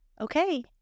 okay